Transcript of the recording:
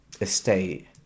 estate